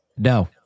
no